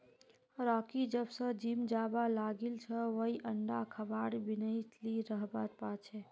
Rocky जब स gym जाबा लागिल छ वइ अंडा खबार बिनइ नी रहबा पा छै